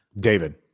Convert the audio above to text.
david